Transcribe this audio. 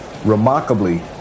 Remarkably